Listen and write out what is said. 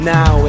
Now